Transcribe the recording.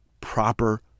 proper